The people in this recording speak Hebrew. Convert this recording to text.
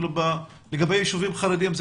לגבי היישובים החרדים,